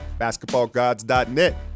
basketballgods.net